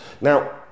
Now